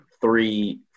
three